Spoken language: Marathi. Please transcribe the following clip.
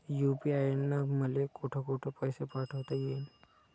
यू.पी.आय न मले कोठ कोठ पैसे पाठवता येईन?